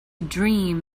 dream